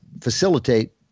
facilitate